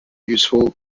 useful